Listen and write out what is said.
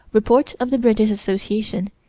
report of the british association,